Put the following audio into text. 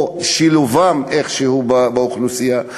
או שילובן איכשהו באוכלוסייה.